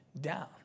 down